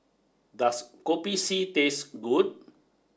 does Kopi C taste good